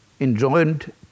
enjoined